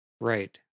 Right